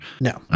No